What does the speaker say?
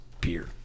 beer